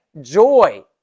Joy